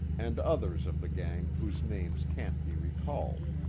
and others of the gang whose names can't be recalled.